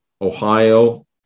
Ohio